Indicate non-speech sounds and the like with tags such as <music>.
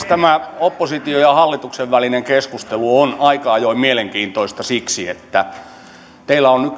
<unintelligible> tämä opposition ja hallituksen välinen keskustelu on aika ajoin mielenkiintoista siksi että teillä on <unintelligible>